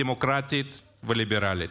הדמוקרטית והליברלית.